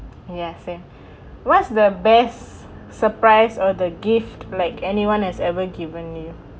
ya same what's the best surprise or the gift like anyone has ever given you